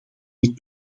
dit